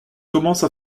commence